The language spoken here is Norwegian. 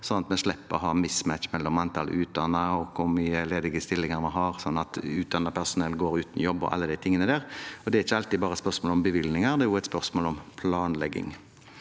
og at man slipper å ha mismatch mellom antall utdannede og de ledige stillingene vi har, som gjør at utdannet personell går uten jobb, og alle de tingene der. Det er ikke alltid bare spørsmål om bevilgninger. Det er også et spørsmål om planlegging.